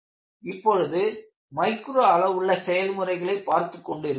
இப்பொழுது மைக்ரோ அளவுள்ள செயல்முறைகளை பார்த்துக்கொண்டு இருக்கிறோம்